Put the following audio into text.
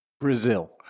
Brazil